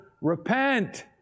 repent